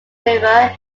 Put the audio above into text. river